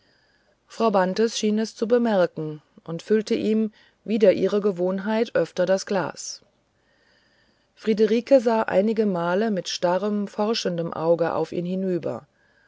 frau bantes schien es zu bemerken und füllte ihm wider ihre gewohnheit öfter das glas friederike sah einigemal mit starrem forschendem auge auf ihn hinüber